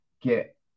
get